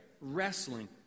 wrestling